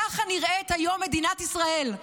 ככה נראית היום מדינת ישראל,